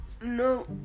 no